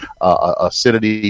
acidity